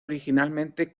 originalmente